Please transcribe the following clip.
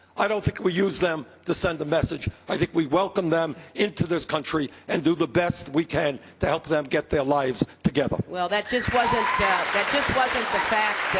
i don't think we use them to send a message. i think we welcome them into this country and do the best we can to help them get their lives together. clinton well, that just wasn't that just wasn't the fact,